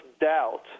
doubt